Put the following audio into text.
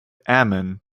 amin